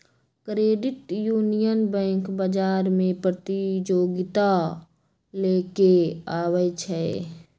credit union bank बजार में प्रतिजोगिता लेके आबै छइ